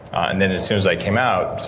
and then as soon as i came out,